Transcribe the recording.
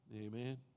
amen